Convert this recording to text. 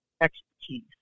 expertise